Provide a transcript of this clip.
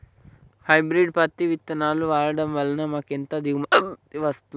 Hybrid పత్తి విత్తనాలు వాడడం వలన మాకు ఎంత దిగుమతి వస్తుంది?